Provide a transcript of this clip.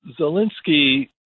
Zelensky